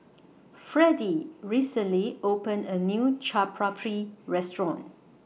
Fredie recently opened A New Chaat Papri Restaurant